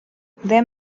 there